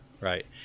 right